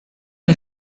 est